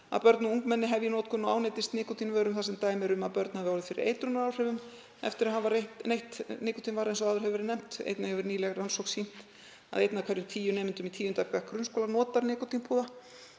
að börn og ungmenni hefji notkun og ánetjist nikótínvörum þar sem dæmi eru um að börn hafi orðið fyrir eitrunaráhrifum eftir að hafa neytt nikótínvara, eins og áður hefur verið nefnt. Einnig hefur nýleg rannsókn sýnt að einn af hverjum tíu nemendum í 10. bekk grunnskóla notar nikótínpúða.